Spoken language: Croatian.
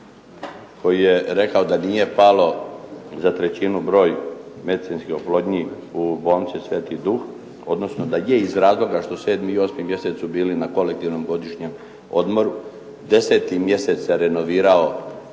koji je rekao da nije palo za trećinu broj medicinskih oplodnji u bolnici "Sv. Duh", odnosno da je iz razloga što 7. i 8. mjesec su bili na kolektivnom godišnjem odmoru. 10. mjesec se renovirao